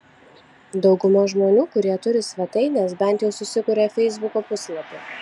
dauguma žmonių kurie turi svetaines bent jau susikuria feisbuko puslapį